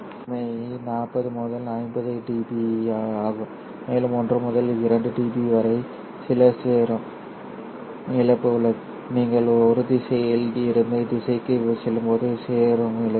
வழக்கமான தனிமை 40 முதல் 50 dBஆகும் மேலும் 1 முதல் 2 dB வரை சில செருகும் இழப்பு உள்ளது நீங்கள் ஒரு திசையில் இருந்து திசைக்குச் செல்லும்போது செருகும் இழப்பு